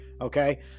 okay